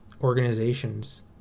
organizations